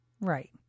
Right